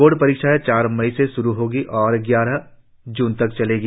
board परीक्षाएं चार मई से श्रु होंगी और ग्यारह ज्न तक चलेगी